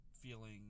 feeling